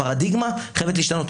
הפרדיגמה חייבת להשתנות.